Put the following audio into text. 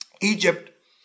Egypt